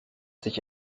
sich